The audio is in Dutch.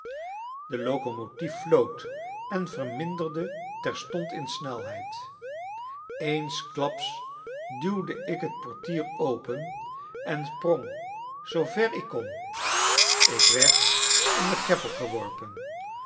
de locomotief floot en verminderde terstond in snelheid eensklaps duwde ik het portier open en sprong zoover ik kon ik werd in de greppel geworpen